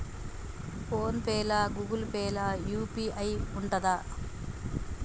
Phone pay లా Google Pay లా UPI ఉంటదా?